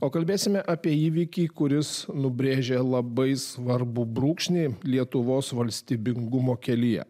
o kalbėsime apie įvykį kuris nubrėžia labai svarbu brūkšnį lietuvos valstybingumo kelyje